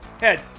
Head